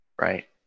right